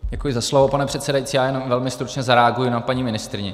Děkuji za slovo, pane předsedající, já jenom velmi stručně zareaguji na paní ministryni.